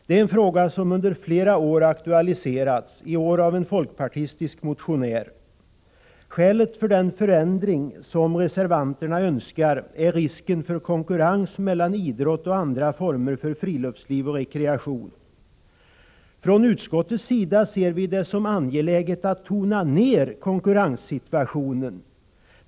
Det är en fråga som under flera år aktualiserats, i år av en folkpartistisk motionär. Skälet för den förändring som reservanterna önskar är risken för konkurrens mellan idrott och andra former för friluftsliv och rekreation. Utskottet ser det som angeläget att tona ner konkurrenssituationen.